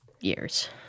years